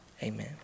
Amen